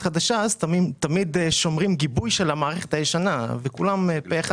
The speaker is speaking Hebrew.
חדשה אז תמיד שומרים גיבוי של המערכת הישנה וכולם פה אחד